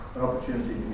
opportunity